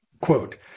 Quote